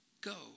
go